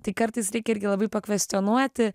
tai kartais reik irgi labai pakvescionuoti